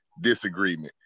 Disagreement